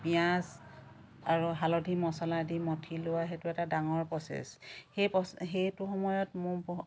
পিঁয়াজ আৰু হালধি মচলা দি মথি লোৱা সেইটো এটা ডাঙৰ প্ৰচেছ সেই সেইটো সময়ত মোৰ